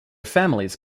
families